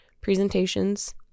presentations